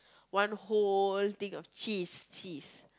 one whole thing of cheese cheese